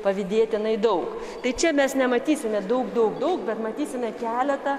pavydėtinai daug tai čia mes nematysime daug daug daug bet matysime keletą